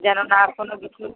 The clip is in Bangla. যেন না কোনো বিঘ্ন